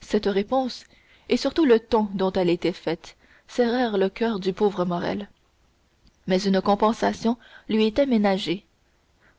cette réponse et surtout le ton dont elle était faite serrèrent le coeur du pauvre morrel mais une compensation lui était ménagée